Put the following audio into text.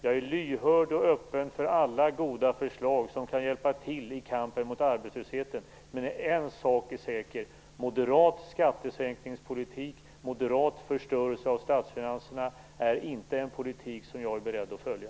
Jag är öppen och lyhörd för alla goda förslag som kan hjälpa till i kampen mot arbetslösheten, men en sak är säker: Moderat skattesänkningspolitik och moderat förstöring av statsfinanserna är inte en politik som jag är beredd att följa.